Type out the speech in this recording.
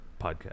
podcast